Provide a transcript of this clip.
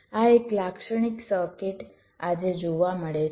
આ એક લાક્ષણિક સર્કિટ આજે જોવા મળે છે